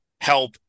help